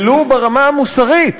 ולו ברמה המוסרית,